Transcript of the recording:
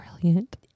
brilliant